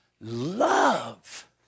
love